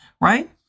right